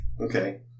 Okay